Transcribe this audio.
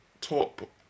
top